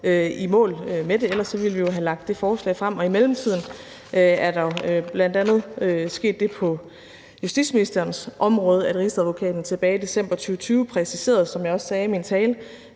i mål med det – ellers ville vi jo have fremsat det forslag. I mellemtiden er der jo bl.a. sket det på justitsministerens område, at Rigsadvokaten tilbage i december 2020 præciserede, som jeg også sagde i min tale,